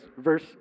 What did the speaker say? verse